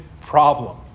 problem